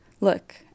Look